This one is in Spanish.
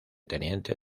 teniente